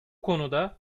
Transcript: konuda